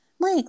Mike